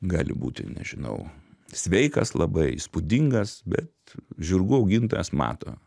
gali būti nežinau sveikas labai įspūdingas bet žirgų augintojas mato